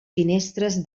finestres